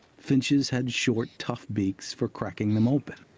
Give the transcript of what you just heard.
finches had short, tough beaks for cracking them open.